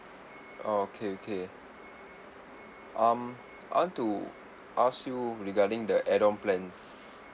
oh okay okay um I want to ask you regarding the add on plans